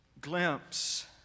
glimpse